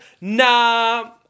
nah